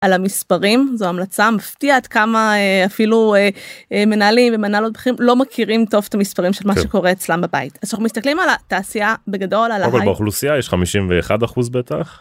על המספרים זו המלצה מפתיע עד כמה אפילו מנהלים ומנהלות בכירים לא מכירים טוב את המספרים של מה שקורה אצלם בבית מסתכלים על התעשייה בגדול, באוכלוסייה יש 51% בטח.